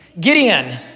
Gideon